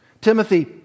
Timothy